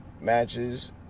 matches